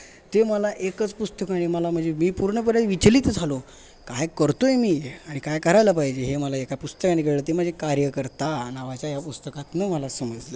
ते मला एकच पुस्तकानी मला मजे मी पूर्णपणे विचलित झालो काय करतो आहे मी हे आणि काय करायला पाहिजे हे मला एका पुस्तकाने कळलं ते म्हणजे कार्यकर्ता नावाच्या या पुस्तकातनं मला समजलं